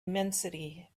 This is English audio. immensity